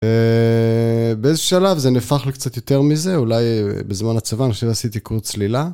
באיזה שלב זה נהפך לקצת יותר מזה, אולי בזמן הצבא אני חושב שעשיתי קרוס צלילה.